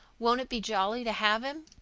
won't it be jolly to have him?